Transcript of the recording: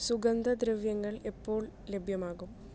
സുഗന്ധദ്രവ്യങ്ങൾ എപ്പോൾ ലഭ്യമാകും